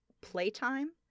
playtime